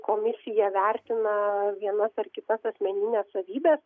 komisija vertina vienas ar kitas asmenines savybes